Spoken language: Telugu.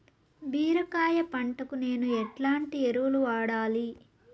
బీరకాయ పంటకు నేను ఎట్లాంటి ఎరువులు వాడాలి?